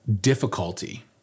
difficulty